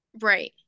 Right